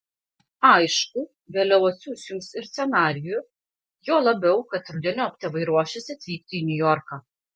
aišku vėliau atsiųs jums ir scenarijų juo labiau kad rudeniop tėvai ruošiasi atvykti į niujorką